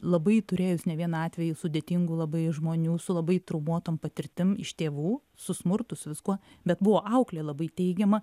labai turėjus ne vieną atvejį sudėtingų labai žmonių su labai traumuotom patirtim iš tėvų su smurtu su viskuo bet buvo auklė labai teigiama